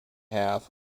half